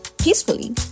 peacefully